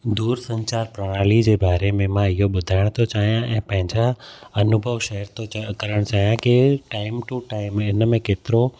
दूर संचार प्रणाली जे बारे में मां इहो ॿुधाइणु थो चाहियां ऐं पंहिंजा अनुभव शेयर थो चाहियां करणु थो चाहियां की टाइम टू टाइम हिन में केतिरो